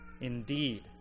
Indeed